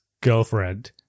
girlfriend